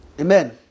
Amen